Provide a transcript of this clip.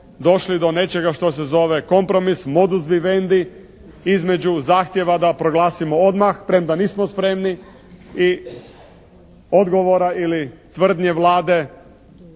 došli do nečega što se zove kompromis, modus vivendi između zahtjeva da proglasimo odmah, premda nismo spremni i odgovora ili tvrdnje Vlade